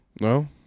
no